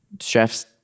chefs